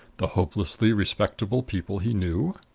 the hopelessly respectable people he knew?